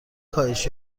کاهش